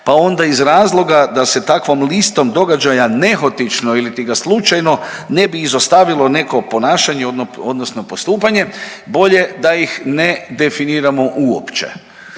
pa onda iz razloga da se takvom listom događaja nehotično iliti ga slučajno ne bi izostavilo neko ponašanje odnosno postupanje bolje da ih ne definiramo uopće.